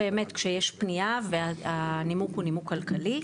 כשיש פנייה והנימוק הוא נימוק כלכלי,